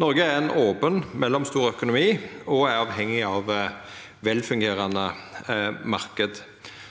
Noreg er ein open, mellomstor økonomi og er avhengig av velfungerande marknader.